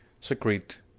secrete